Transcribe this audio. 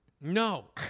No